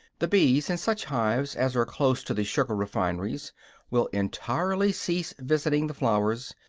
the bees in such hives as are close to the sugar-refineries will entirely cease visiting the flowers,